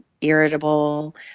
irritable